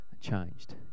changed